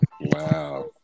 Wow